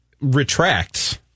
retracts